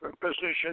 position